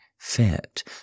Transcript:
fit